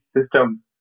system